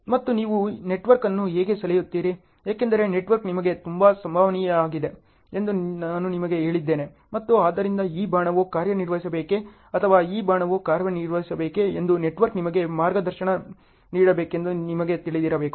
ಮತ್ತು ನೀವು ನೆಟ್ವರ್ಕ್ ಅನ್ನು ಹೇಗೆ ಸೆಳೆಯುತ್ತೀರಿ ಏಕೆಂದರೆ ನೆಟ್ವರ್ಕ್ ನಿಮಗೆ ತುಂಬಾ ಸಂಭವನೀಯವಾಗಿದೆ ಎಂದು ನಾನು ನಿಮಗೆ ಹೇಳಿದ್ದೇನೆ ಮತ್ತು ಆದ್ದರಿಂದ ಈ ಬಾಣವು ಕಾರ್ಯನಿರ್ವಹಿಸಬೇಕೇ ಅಥವಾ ಈ ಬಾಣವು ಕಾರ್ಯನಿರ್ವಹಿಸಬೇಕೇ ಎಂದು ನೆಟ್ವರ್ಕ್ ನಿಮಗೆ ಮಾರ್ಗದರ್ಶನ ನೀಡಬೇಕೆಂದು ನಿಮಗೆ ತಿಳಿದಿರಬೇಕು